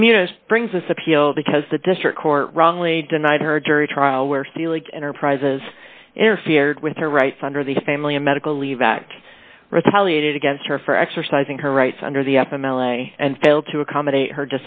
appeal because the district court wrongly denied her a jury trial where stealing enterprises interfered with her rights under the family medical leave act retaliated against her for exercising her rights under the up m l a and failed to accommodate her